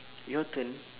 your turn